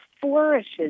flourishes